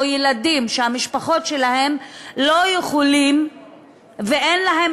או ילדים שהמשפחות שלהם לא יכולות ואין להן